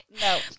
No